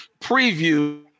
preview